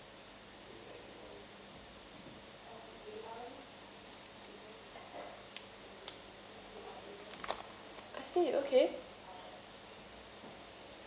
I see okay